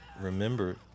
remember